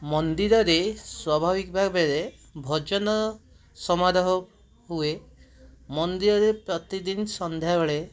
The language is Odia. ମନ୍ଦିରରେ ସ୍ବାଭାବିକ ଭାବରେ ଭଜନ ସମାରୋହ ହୁଏ ମନ୍ଦିରରେ ପ୍ରତିଦିନ ସନ୍ଧ୍ୟାବେଳେ